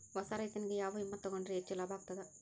ಹೊಸಾ ರೈತನಿಗೆ ಯಾವ ವಿಮಾ ತೊಗೊಂಡರ ಹೆಚ್ಚು ಲಾಭ ಆಗತದ?